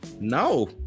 no